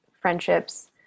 friendships